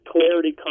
Clarity